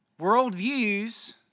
worldviews